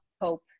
hope